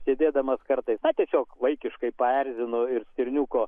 sėdėdamas kartais tiesiog vaikiškai paerzinu ir stirniuko